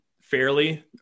fairly